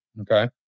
Okay